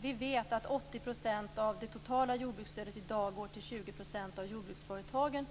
Vi vet att 80 % av det totala jordbruksstödet i dag går till 20 % av de största jordbruksföretagen.